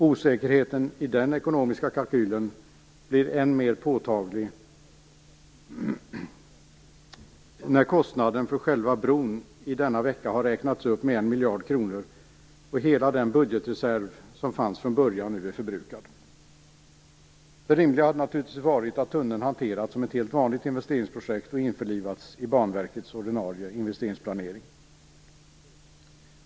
Osäkerheten i den ekonomiska kalkylen blir än mer påtaglig när kostnaden för själva bron i denna vecka har räknats upp med 1 miljard kronor och hela den budgetreserv som från början fanns nu är förbrukad. Det rimliga hade naturligtvis varit att tunneln hanterats som ett helt vanligt investeringsprojekt och införlivats i Banverkets ordinarie investeringsplanering.